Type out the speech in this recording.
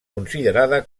considerada